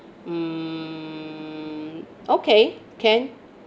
hmm okay can